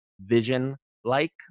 Vision-like